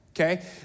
Okay